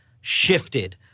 shifted